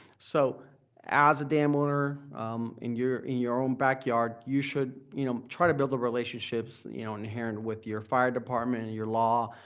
so as a dam owner in your your own backyard, you should you know try to build the relationships inherent with your fire department and your law,